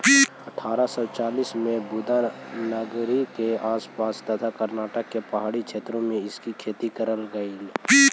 अठारा सौ चालीस में बुदानगिरी के आस पास तथा कर्नाटक के पहाड़ी क्षेत्रों में इसकी खेती करल गेलई